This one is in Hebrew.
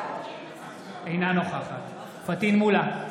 אינה נוכחת פטין מולא,